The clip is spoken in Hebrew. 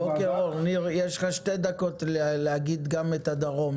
יש לך שתי דקות לייצג את הדרום.